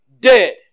dead